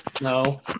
no